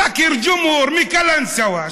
כרים גו'מהור מקלנסווה,